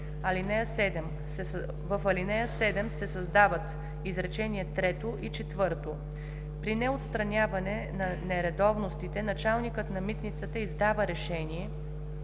в ал. 7 се създават изречения трето и четвърто: „При неотстраняване на нередовностите началникът на митницата издава решение,